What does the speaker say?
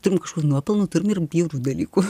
turim kažkokių nuopelnų turim ir bjaurių dalykų